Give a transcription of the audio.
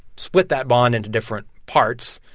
split that bond into different parts,